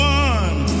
one